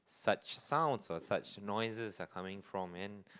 such sounds or such noises are coming from and